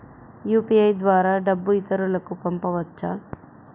UPI ద్వారా డబ్బు ఇతరులకు పంపవచ్చ?